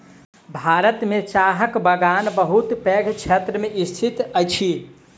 भारत में चाहक बगान बहुत पैघ क्षेत्र में स्थित अछि